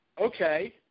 Okay